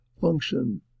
function